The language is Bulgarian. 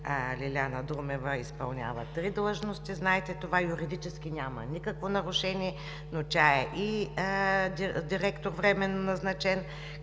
Лиляна Друмева изпълнява три длъжности, знаете това. Юридически няма никакво нарушение, но тя е и временно назначен